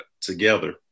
together